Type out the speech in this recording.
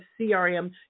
CRM